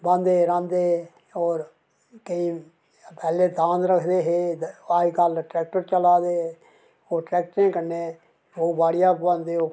राहंदे राहंदे होर केईं पैह्लें दांद रक्खदे हे अज्जकल ट्रैक्टर चला दे होर ट्रैक्टर कन्नै बाड़ी बुहांदे